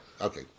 Okay